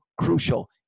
crucial